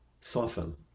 soften